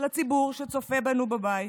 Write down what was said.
לציבור שצופה בנו בבית: